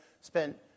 spent